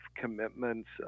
commitments